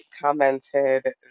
commented